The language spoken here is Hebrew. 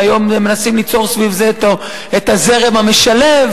והיום מנסים ליצור סביב זה את הזרם המשלב,